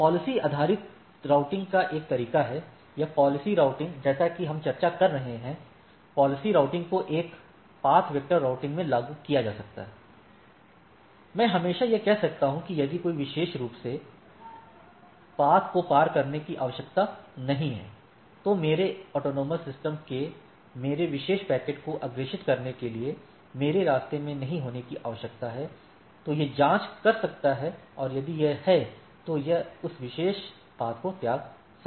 policy आधारित routing का एक तरीका है या पॉलिसी राउटिंग जैसा कि हम चर्चा कर रहे हैं पॉलिसी राउटिंग को एक पथ वेक्टर राउटिंग में लागू किया जा सकता है मैं हमेशा यह कह सकता हूं कि यदि कोई विशेष रूप से पथ को पार करने की आवश्यकता नहीं है तो मेरे AS के मेरे विशेष पैकेट को अग्रेषित करने के लिए मेरे रास्ते में नहीं होने की आवश्यकता है तो यह जाँच कर सकता है और यदि यह है तो यह उस विशेष पथ को त्याग सकता है